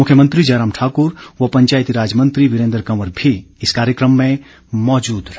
मुख्यमंत्री जयराम ठाकुर व पंचायती राज मंत्री वीरेन्द्र कंवर भी इस कार्यक्रम में मौजूद रहे